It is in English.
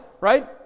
right